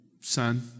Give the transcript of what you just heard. son